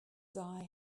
die